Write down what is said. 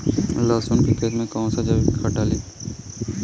लहसुन के खेत कौन सा जैविक खाद डाली?